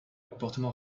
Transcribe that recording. comportement